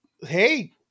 Hey